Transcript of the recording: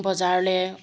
বজাৰলৈ